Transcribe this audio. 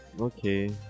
Okay